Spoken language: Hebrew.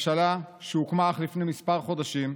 הממשלה, שהוקמה אך לפני כמה חודשים,